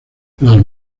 las